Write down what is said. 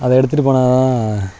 அதை எடுத்துகிட்டு போனால்தான்